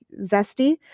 zesty